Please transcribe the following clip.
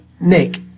Nick